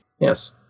Yes